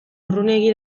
urrunegi